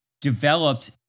developed